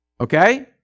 Okay